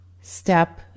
step